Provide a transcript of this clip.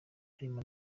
harimo